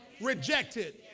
rejected